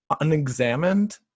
unexamined